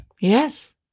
Yes